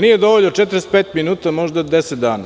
Nije dovoljno 45 minuta, možda je deset dana.